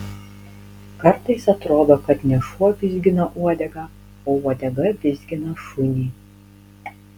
kartais atrodo kad ne šuo vizgina uodegą o uodega vizgina šunį